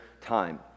time